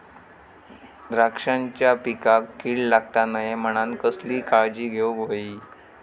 द्राक्षांच्या पिकांक कीड लागता नये म्हणान कसली काळजी घेऊक होई?